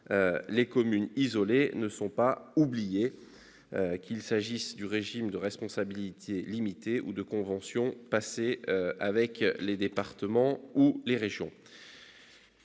les communes isolées ne sont pas oubliées, qu'il s'agisse du régime de responsabilité limitée ou des conventions passées avec les départements ou avec les régions.